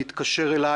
להתקשר אליי.